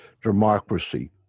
democracy